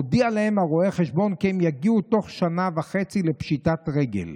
הודיע להם רואה החשבון כי הם יגיעו בתוך שנה וחצי לפשיטת רגל".